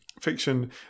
fiction